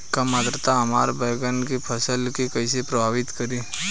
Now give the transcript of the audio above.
कम आद्रता हमार बैगन के फसल के कइसे प्रभावित करी?